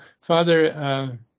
father